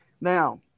Now